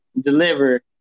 deliver